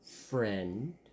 friend